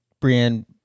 Brienne